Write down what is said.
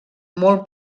mol